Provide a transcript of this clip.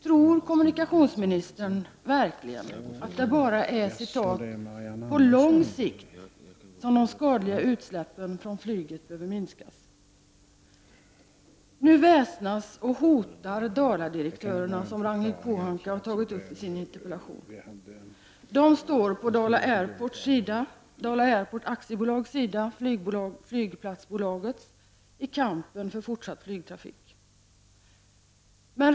Tror kommunikationsministern verkligen att det bara är ”på lång sikt” som de skadliga utsläppen från flyget behöver minskas? Nu väsnas och hotar Daladirektörerna, som Ragnhild Pohanka har påpekat i sin interpellation. De står på Dala Airport AB:s sida i kampen för fortsatt flygtrafik.